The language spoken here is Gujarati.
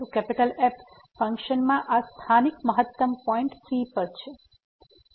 તેથી fcM ફંક્શનમાં આ સ્થાનિક મહત્તમ પોઈન્ટ c પર છે